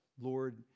Lord